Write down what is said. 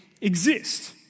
exist